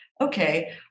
Okay